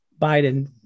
Biden